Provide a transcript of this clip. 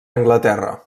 anglaterra